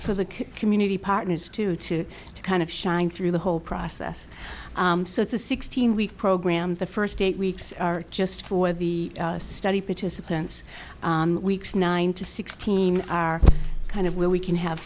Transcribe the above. for the community partners to to kind of shine through the whole process so it's a sixteen week program the first eight weeks are just for the study participants weeks nine to sixteen are kind of where we can have